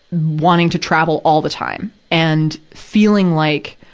wanting to travel all the time. and feeling like,